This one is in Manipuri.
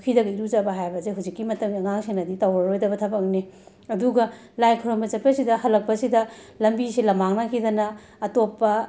ꯄꯨꯈ꯭ꯔꯤꯗꯒ ꯏꯔꯨꯖꯕ ꯍꯥꯏꯕꯁꯦ ꯍꯧꯖꯤꯛꯀꯤ ꯃꯇꯝꯒꯤ ꯑꯉꯥꯡꯁꯤꯡꯅꯗꯤ ꯇꯧꯔꯔꯣꯏꯗꯕ ꯊꯕꯛꯅꯤ ꯑꯗꯨꯒ ꯂꯥꯏ ꯈꯣꯏꯔꯝꯕ ꯆꯠꯄꯁꯤꯗ ꯍꯜꯂꯛꯄꯁꯤꯗ ꯂꯝꯕꯤꯁꯦ ꯂꯝꯃꯥꯡꯅꯈꯤꯗꯅ ꯑꯇꯣꯞꯄ